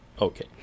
Okay